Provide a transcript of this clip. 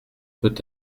peut